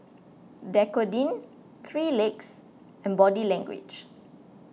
Dequadin three Legs and Body Language